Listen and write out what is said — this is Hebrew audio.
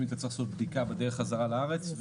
אתה צריך לעשות בדיקה בדרך חזרה לארץ.